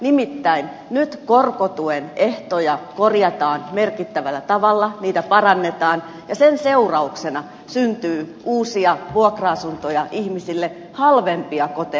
nimittäin nyt korkotuen ehtoja korjataan merkittävällä tavalla niitä parannetaan ja sen seurauksena syntyy uusia vuokra asuntoja ihmisille halvempia koteja